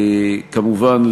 כמובן,